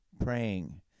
praying